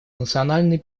национальный